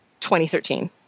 2013